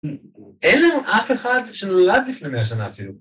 ‫אין לנו אף אחד שנולד ‫לפני מאה שנה אפילו.